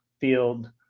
field